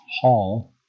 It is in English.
Hall